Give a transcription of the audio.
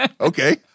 Okay